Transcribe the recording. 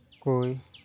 ᱠᱳᱭ